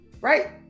right